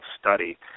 Study